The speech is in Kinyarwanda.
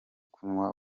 kunywa